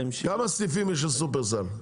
כמה סניפים יש לשופרסל?